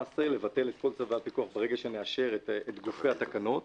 לבטל את כל צווי הפיקוח ברגע שנאשר את גופי התקנות.